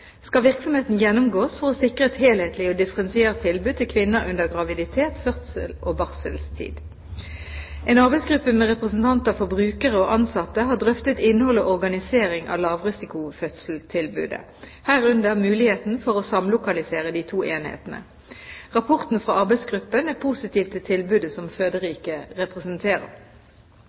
skal virksomheten gjennomgås for å sikre et helhetlig og differensiert tilbud til kvinner under graviditet, fødsel og barseltid. En arbeidsgruppe med representanter for brukere og ansatte har drøftet innhold og organisering av lavrisikofødetilbudet, herunder muligheten for å samlokalisere de to enhetene. Rapporten fra arbeidsgruppen er positiv til tilbudet som Føderiket representerer.